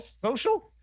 social